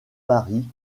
paris